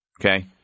okay